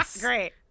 Great